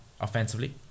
offensively